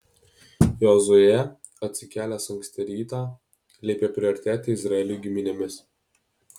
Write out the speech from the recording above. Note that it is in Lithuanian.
jozuė atsikėlęs anksti rytą liepė priartėti izraeliui giminėmis